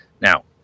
Now